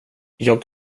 jag